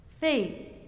Faith